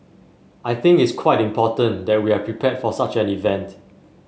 I think it's quite important that we are prepared for such an event